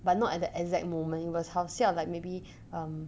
but not at that exact moment it was 好笑 like maybe um